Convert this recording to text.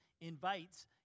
invites